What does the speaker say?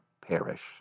perish